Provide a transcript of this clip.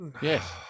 Yes